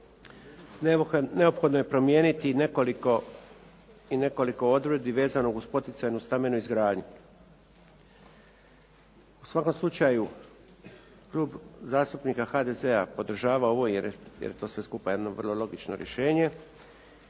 neophodno je promijeniti nekoliko odredbi vezano uz poticajnu stambenu izgradnju. U svakom slučaju Klub zastupnika HDZ-a podržava ovo jer je to sve skupa jedno vrlo logično rješenje